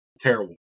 Terrible